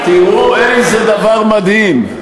תראו איזה דבר מדהים,